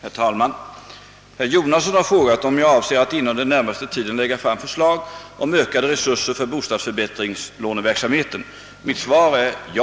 Herr talman! Herr Jonasson har frågat om jag avser att inom den närmaste tiden lägga fram förslag om ökade resurser för bostadsförbättringslåneverksamheten. Mitt svar är: Ja.